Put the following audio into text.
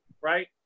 right